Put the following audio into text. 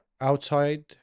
outside